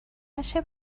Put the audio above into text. نشه